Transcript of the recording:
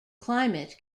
climate